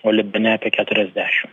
o libane apie keturiasdešim